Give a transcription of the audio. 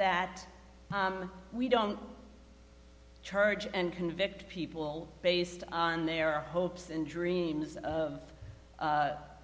that we don't charge and convict people based on their hopes and dreams of